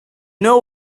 know